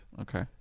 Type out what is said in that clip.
okay